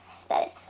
status